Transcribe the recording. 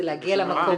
זה להגיע למקום,